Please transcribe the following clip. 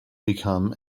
become